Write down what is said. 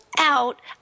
out